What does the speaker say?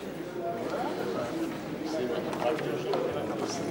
בדיוק באותו מקום, עמדתי פה והצעתי